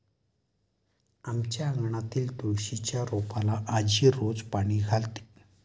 आमच्या अंगणातील तुळशीच्या रोपाला आजी रोज पाणी घालते